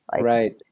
Right